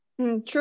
True